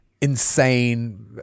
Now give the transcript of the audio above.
insane